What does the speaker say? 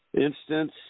Instance